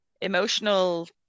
emotional